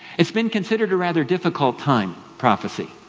it's been considered a rather difficult time prophecy.